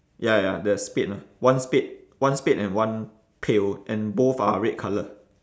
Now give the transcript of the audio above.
ya ya the spade lah one spade one spade and one pail and both are red colour